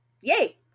yay